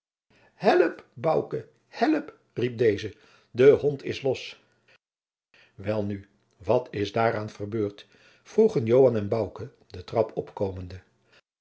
help riep deze de hond is los welnu wat is daaraan verbeurd vroegen joan en bouke de trap opkomende